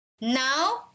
Now